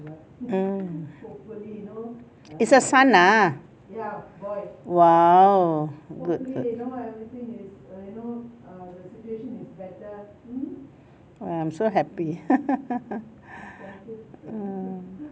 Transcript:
mm it's a son ah !wow! good good !wah! I'm so happy